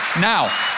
Now